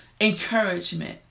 encouragement